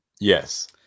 Yes